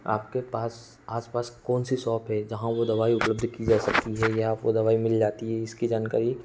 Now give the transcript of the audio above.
आपके पास आसपास कौन से सौप पे जहाँ वो दवाई उपलब्ध की जा सकती है या आपको वो दवाई मिल जाती है इसकी जानकारी